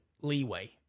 leeway